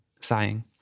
sighing